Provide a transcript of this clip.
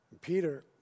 Peter